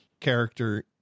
character